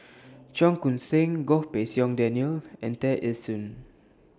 Cheong Koon Seng Goh Pei Siong Daniel and Tear Ee Soon